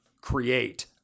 create